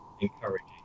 encouraging